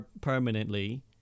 permanently